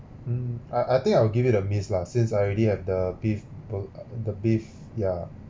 mm I I think I will give it a miss lah since I already have the beef bo~ uh the beef ya